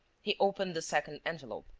he opened the second envelope.